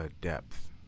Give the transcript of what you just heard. depth